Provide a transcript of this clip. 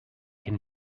can